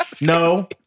No